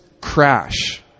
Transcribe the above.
crash